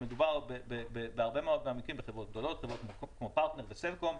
מדובר בהרבה מאוד מהמקרים בחברות גדולות כמו פרטנר וסלקום.